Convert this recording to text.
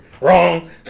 Wrong